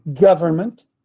government